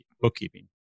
bookkeeping